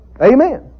Amen